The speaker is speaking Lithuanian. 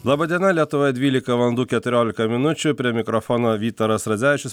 laba diena lietuvoje dvylika valandų keturiolika minučių prie mikrofono vytaras radzevičius